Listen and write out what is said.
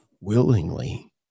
willingly